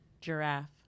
Giraffe